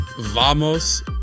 vamos